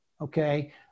okay